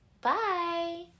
Bye